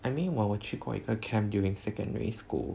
I mean while 我去过一个 camp during secondary school